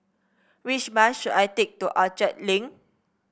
which bus should I take to Orchard Link